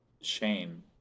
shame